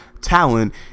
talent